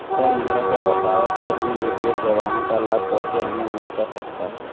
Sir हमरा के बताओ कि अन्य वित्तीय सेवाओं का लाभ कैसे हमें मिलता सकता है?